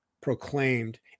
proclaimed